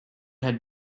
had